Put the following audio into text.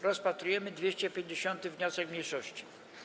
Rozpatrujemy 250. wniosek mniejszości.